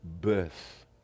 birth